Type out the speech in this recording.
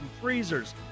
freezers